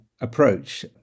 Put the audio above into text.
approach